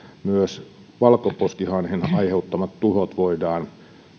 myös valkoposkihanhen aiheuttamat tuhot voidaan